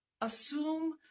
assume